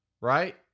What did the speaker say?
right